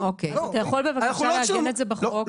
אתה יכול בבקשה לעגן את זה בחוק?